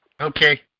Okay